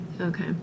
Okay